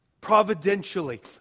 providentially